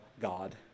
God